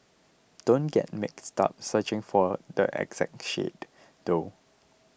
don't get mixed up searching for the exact shade though